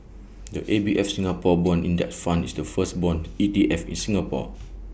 the A B F Singapore Bond index fund is the first Bond E T F in Singapore